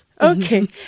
Okay